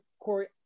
Corey